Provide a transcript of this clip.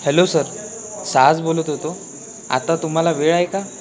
hello sir Sahas बोलत होतो आता तुम्हाला वेळ आहे का